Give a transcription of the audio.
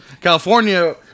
California